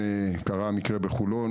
כשקרה המקרה בחולון.